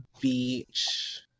beach